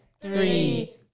three